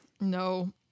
No